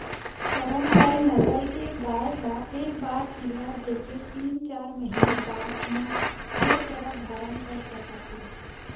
करन फ्राइ नसल के गाय ह एक बार पिला दे के तीन, चार महिना बाद म फेर गरभ धारन कर सकत हे